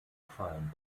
fallen